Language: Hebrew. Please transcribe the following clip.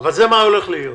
מה שהולך להיות.